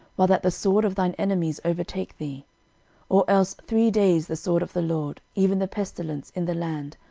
while that the sword of thine enemies overtaketh thee or else three days the sword of the lord, even the pestilence, in the land,